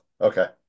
okay